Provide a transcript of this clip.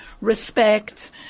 respect